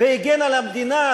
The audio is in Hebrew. והגן על המדינה,